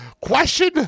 question